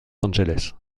angeles